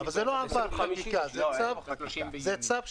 מדובר